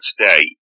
today